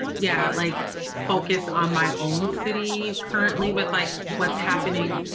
yeah. like focused on my own city. currently with like what's happening,